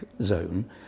zone